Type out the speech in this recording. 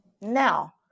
Now